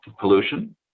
pollution